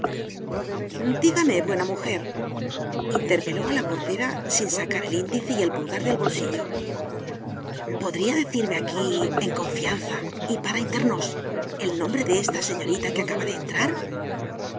dígame buena mujerinterpeló a la portera sin sacar el índice y el pulgar del bolsillo podría decirme aquí en confianza y para inter nos el nombre de esta señorita que acaba de entrar